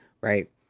right